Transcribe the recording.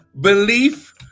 belief